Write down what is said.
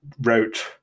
wrote